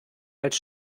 als